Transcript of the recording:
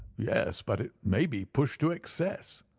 yes, but it may be pushed to excess.